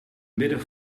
midden